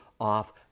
off